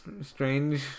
strange